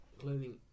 clothing